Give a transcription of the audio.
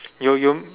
you you